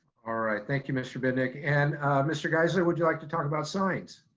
all right. thank you mr. bidnick. and mr. geiszler, would you like to talk about signs?